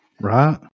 Right